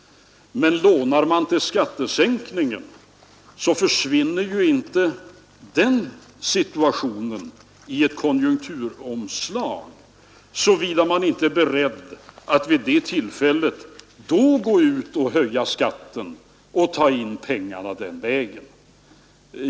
Men lånar man till skattesänkningen försvinner ju inte den situationen i ett konjunkturomslag, såvida man inte är beredd att vid det tillfället gå ut och höja skatten och ta in pengarna den vägen.